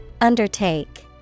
Undertake